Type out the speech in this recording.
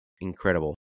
incredible